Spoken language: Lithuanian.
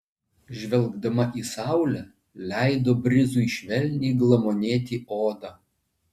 žvelgdama į saulę leido brizui švelniai glamonėti odą